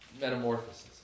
metamorphosis